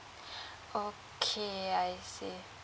okay I see